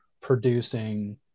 producing